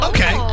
Okay